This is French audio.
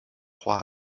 roi